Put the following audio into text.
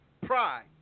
pride